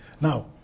Now